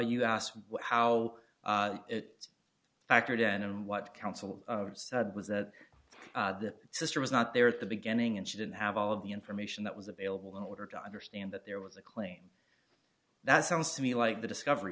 you asked how it factored in and what counsel said was that the sister was not there at the beginning and she didn't have all of the information that was available in order to understand that there was a claim that sounds to me like the discovery